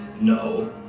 No